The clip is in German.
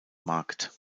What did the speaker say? markt